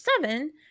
seven